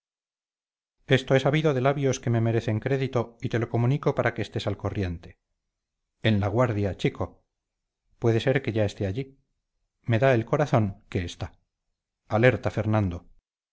esto he sabido de labios que me merecen crédito y te lo comunico para que estés al corriente en la guardia chico puede que ya esté allí me da el corazón que está alerta fernando